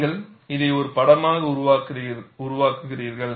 நீங்கள் இதை ஒரு படமாக உருவாக்குகிறீர்கள்